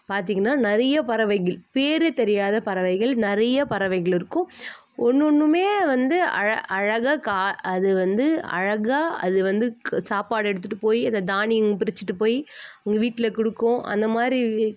பார்த்தீங்கன்னா நிறைய பறவைகள் பேரே தெரியாத பறவைகள் நிறைய பறவைகள் இருக்கும் ஒன்றும் ஒன்றுமே வந்து அழ அழகாக கா அது வந்து அழகாக அது வந்து க சாப்பாடு எடுத்துகிட்டு போய் அது தானியங்கள் பறிச்சுட்டு போய் அவங்க வீட்டில் கொடுக்கும் அந்தமாதிரி